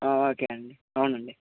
okay అండి అవునండి